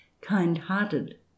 Kind-Hearted